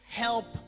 help